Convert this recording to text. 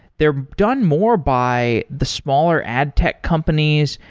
they're done more by the smaller ad tech companies,